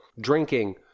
drinking